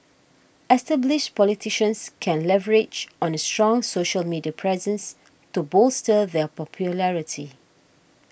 established politicians can leverage on a strong social media presence to bolster their popularity